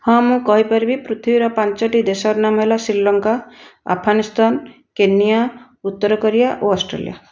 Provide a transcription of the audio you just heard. ହଁ ମୁଁ କହିପାରିବି ପୃଥିବୀର ପାଞ୍ଚୋଟି ଦେଶର ନାମ ହେଲା ଶ୍ରୀଲଙ୍କା ଆଫଗାନିସ୍ତାନ କେନିଆ ଉତ୍ତର କୋରିଆ ଓ ଅଷ୍ଟ୍ରେଲିଆ